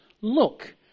look